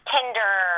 Tinder